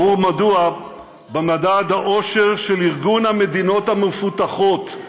ברור מדוע במדד האושר של ארגון המדינות המפותחות,